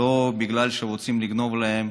ולא בגלל שרוצים לגנוב להם